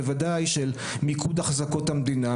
מיקוד אחזקות המדינה.